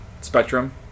spectrum